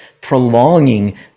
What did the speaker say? prolonging